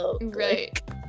right